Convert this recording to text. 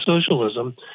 socialism